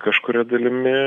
kažkuria dalimi